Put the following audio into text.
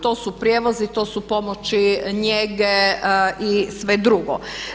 To su prijevozi, to su pomoći njege i sve drugo.